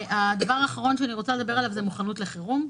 הדבר האחרון שאני רוצה לדבר עליו זה מוכנות לחירום.